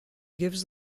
gives